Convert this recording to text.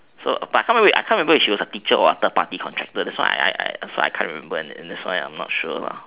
so but I can't really can't remember if she is teacher or third party contractor that's why I I can't remember so I am not sure ah